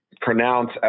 pronounce